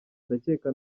ndakeka